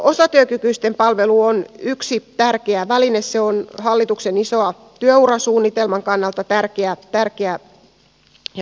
osatyökykyisten palvelu on yksi tärkeä väline se on hallituksen ison työurasuunnitelman kannalta tärkeä ja merkittävä väline